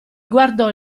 guardò